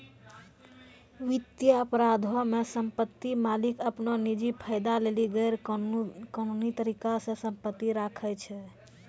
वित्तीय अपराधो मे सम्पति मालिक अपनो निजी फायदा लेली गैरकानूनी तरिका से सम्पति राखै छै